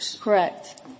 Correct